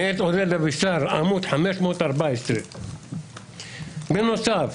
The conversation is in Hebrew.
מאת עודד אבישר, עמוד 514. בנוסף,